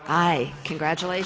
i congratulate